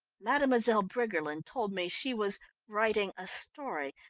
mademoiselle briggerland told me she was writing a story,